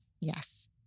Yes